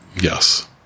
Yes